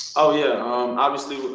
ah yeah obviously,